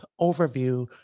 overview